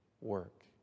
work